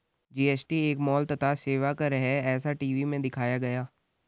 GST एक माल तथा सेवा कर है ऐसा टी.वी में दिखाया गया